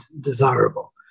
desirable